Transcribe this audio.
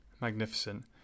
magnificent